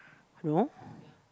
no